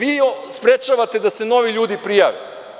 Vi sprečavate da se novi ljudi prijave.